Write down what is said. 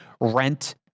rent